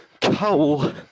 coal